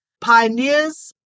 pioneers